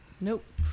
Nope